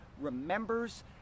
remembers